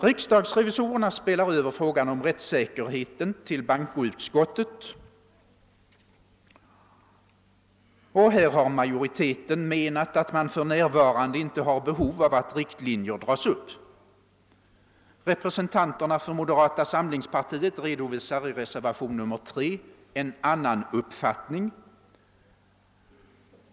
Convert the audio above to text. Riksdagsrevisorerna spelar över frågan om rättssäkerheten till bankoutskottet, och där har majoriteten menat att man för närvarande inte har behov av att riktlinjer dras upp. representanterna för moderata samlingspartiet redovisar i reservation 3 en annan uppfattning.